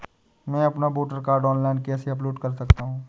मैं अपना voter card online कैसे अपलोड कर सकता हूँ?